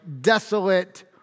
desolate